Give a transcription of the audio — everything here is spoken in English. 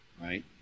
right